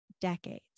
decades